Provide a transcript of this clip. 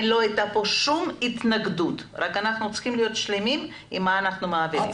לא הייתה התנגדות אנחנו צריכים להיות שלמים עם מה שאנחנו מעבירים.